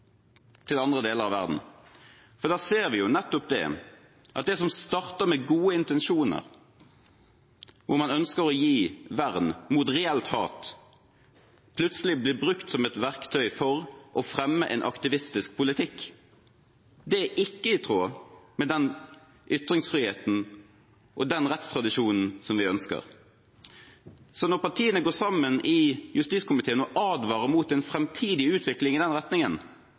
til andre deler av verden, for da ser vi nettopp at det som starter med gode intensjoner, hvor man ønsker å gi vern mot reelt hat, plutselig blir brukt som et verktøy for å fremme en aktivistisk politikk. Det er ikke i tråd med den ytringsfriheten og rettstradisjonen vi ønsker. Så når partiene går sammen i justiskomiteen og advarer mot en fremtidig utvikling i den retningen,